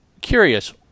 curious